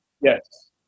yes